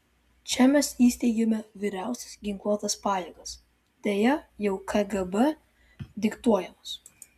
čia mes įsteigėme vyriausias ginkluotas pajėgas deja jau kgb diktuojamas